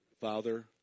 Father